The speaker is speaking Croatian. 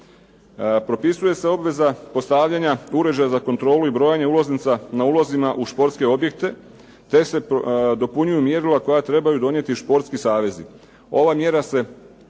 Propisuje se obveza za postavljanja uređaja za kontrolu i brojenje ulaznica na ulazima u športske objekte, te se dopunjuju mjerila koja trebaju donijeti športski savezi. Ova mjera se